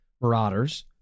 marauders